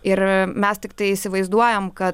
ir mes tiktai įsivaizduojam kad